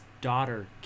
daughter